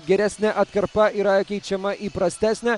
geresnė atkarpa yra keičiama į prastesnę